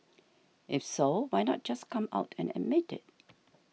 if so why not just come out and admit it